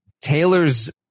Taylor's